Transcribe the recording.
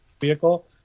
vehicle